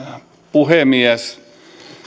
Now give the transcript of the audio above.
puhemies